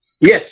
Yes